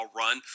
run